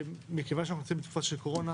מכיוון שאנחנו בתקופה של קורונה,